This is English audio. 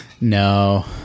no